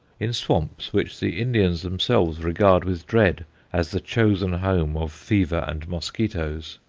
in swamps which the indians themselves regard with dread as the chosen home of fever and mosquitoes.